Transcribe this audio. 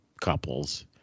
couples